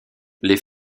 les